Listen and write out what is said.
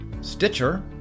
Stitcher